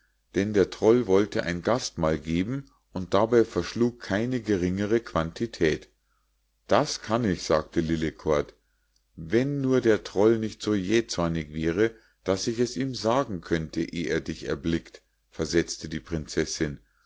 denn der troll wollte ein gastmahl geben und dabei verschlug keine geringere quantität das kann ich sagte lillekort wenn nur der troll nicht so jachzornig wäre daß ich es ihm sagen könnte eh er dich erblickt versetzte die prinzessinn